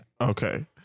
Okay